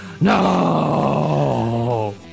no